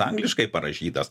angliškai parašytas